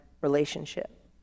relationship